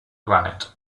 granite